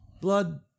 blood